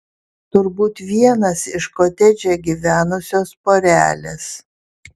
turbūt vienas iš kotedže gyvenusios porelės